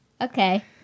Okay